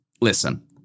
listen